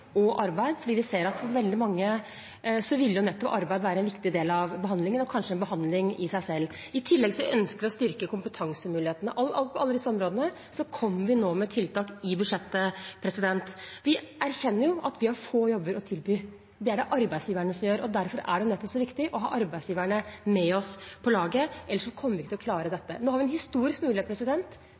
og arbeid, fordi vi ser at for veldig mange ville nettopp arbeid være en viktig del av behandlingen, kanskje vil det være en behandling i seg selv. I tillegg ønsker vi å styrke kompetansemulighetene. På alle disse områdene kommer vi nå med tiltak i budsjettet. Vi erkjenner at vi har få jobber å tilby. Det gjør arbeidsgiverne, og nettopp derfor er det så viktig å ha arbeidsgiverne med på laget, ellers kommer vi ikke til å klare dette. Nå har vi en historisk mulighet